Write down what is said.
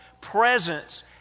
presence